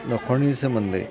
न'खरनि सोमोन्दै